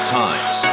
times